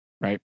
right